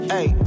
Hey